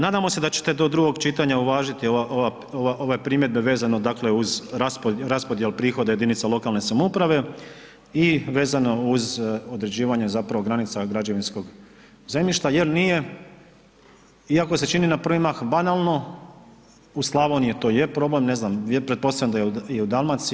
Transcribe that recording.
Nadamo se da ćete do drugog čitanja uvažiti ove primjedbe vezano uz raspodjele prihoda jedinica lokalne samouprave i vezano uz određivanje granica građevinskog zemljišta jer nije iako se čini na prvi mah banalno u Slavoniji to je problem, ne znam pretpostavljam da je i u Dalmaciji.